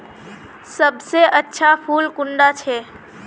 सबसे अच्छा फुल कुंडा छै?